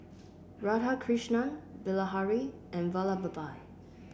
Radhakrishnan Bilahari and Vallabhbhai